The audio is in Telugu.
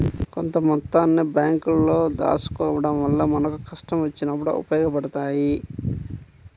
కొంత మొత్తాన్ని బ్యేంకుల్లో దాచుకోడం వల్ల మనకు కష్టం వచ్చినప్పుడు ఉపయోగపడతయ్యి